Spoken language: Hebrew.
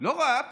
לא רק